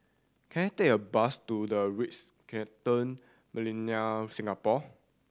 can I take a bus to The Ritz Carlton Millenia Singapore